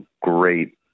great